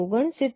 47 0